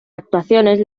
actuaciones